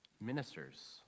ministers